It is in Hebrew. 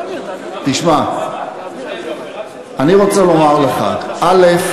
אני רוצה לומר לך: א.